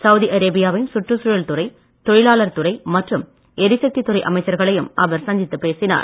Saudi அரேபியாவின் சுற்றுச்சூழல் துறை தொழிலாளர் துறை மற்றும் எரிசக்தி துறை அமைச்சர்களையும் அவர் சந்தித்து பேசினார்